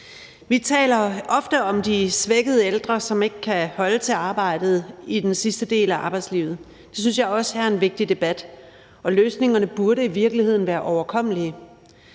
Vi taler ofte om de svækkede ældre, som ikke kan holde til arbejdet i den sidste del af arbejdslivet. Det synes jeg også er en vigtig debat, og løsningerne burde i virkeligheden være overkommelige.